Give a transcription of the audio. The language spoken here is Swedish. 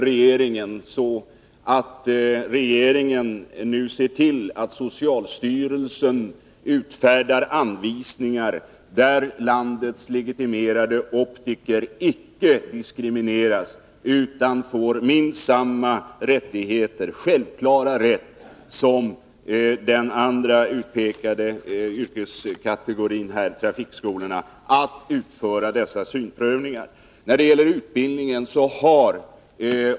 Regeringen måste se till att socialstyrelsen utfärdar nya anvisningar, där landets legitimerade optiker inte längre diskrimineras utan får minst samma självklara rätt som den andra utpekade yrkeskategorin, trafikskolorna, att utföra dessa synprövningar.